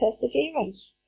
perseverance